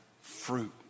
fruit